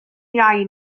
iau